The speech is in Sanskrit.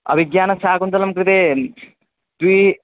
अभिज्ञानशाकुन्तलं कृते द्वे